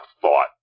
thought